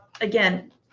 again